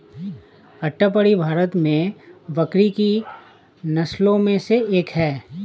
अट्टापडी भारत में बकरी की नस्लों में से एक है